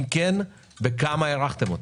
אם כן, בכמה הערכתם אותו?